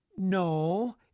No